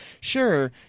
sure